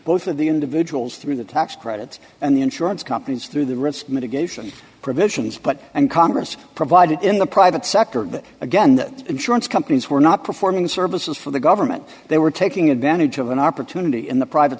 both of the individuals through the tax credits and the insurance companies through the risk mitigation provisions but and congress provided in the private sector that again that insurance companies were not performing services for the government they were taking advantage of an opportunity in the private